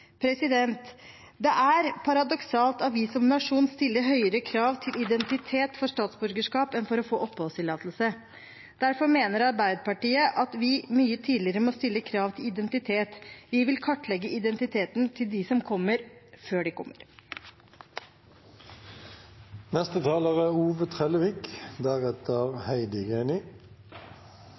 Det er paradoksalt at vi som nasjon stiller høyere krav til identitet for statsborgerskap enn for å få oppholdstillatelse. Derfor mener Arbeiderpartiet at vi mye tidligere må stille krav til identitet. Vi vil kartlegge identiteten til dem som kommer, før de